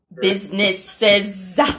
Businesses